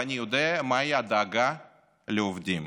ואני יודע מהי דאגה לעובדים.